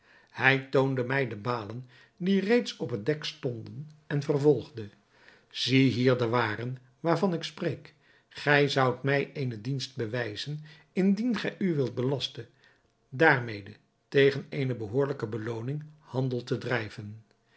hij toonde mij de balen die reeds op het dek stonden en vervolgde zie hier de waren waarvan ik spreek gij zoudt mij eene dienst bewijzen indien gij u wildet belasten daarmede tegen eene behoorlijke belooning handel te drijven